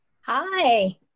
Hi